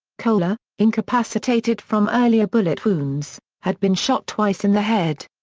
coler, incapacitated from earlier bullet wounds, had been shot twice in the head.